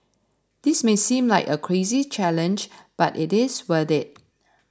this may seem like a crazy challenge but it is worth it